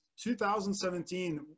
2017